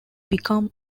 become